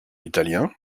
italien